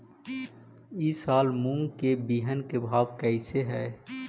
ई साल मूंग के बिहन के भाव कैसे हई?